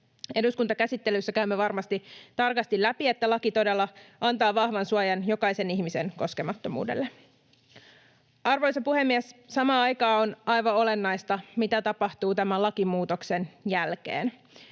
Eduskuntakäsittelyssä käymme varmasti tarkasti läpi, että laki todella antaa vahvan suojan jokaisen ihmisen koskemattomuudelle. Arvoisa puhemies! Samaan aikaan on aivan olennaista, mitä tapahtuu tämän lakimuutoksen jälkeen.